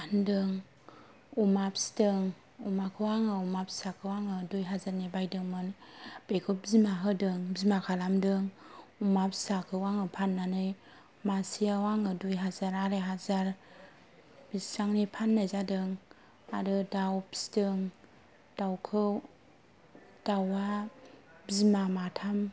फानदों अमा फिदों अमाखौ आङो अमा फिसाखौ आङो दुइ हाजारनि बायदोंमोन बेखौ बिमा होदों बिमा खालामदों अमा फिसाखौ आङो फान्नानै मासेआव आङो दुइ हाजार आराय हाजार बिसिबांनि फान्नाय जादों आरो दाउ फिदों दावखौ दावआ बिमा माथाम